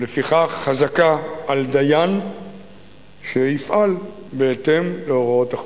ולפיכך חזקה על דיין שיפעל בהתאם להוראות החוק.